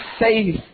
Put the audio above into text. faith